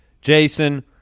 Jason